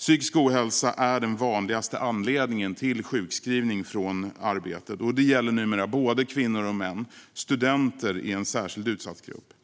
Psykisk ohälsa är den vanligaste anledningen till sjukskrivning från arbetet. Det gäller numera både kvinnor och män, och studenter är en särskilt utsatt grupp.